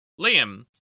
Liam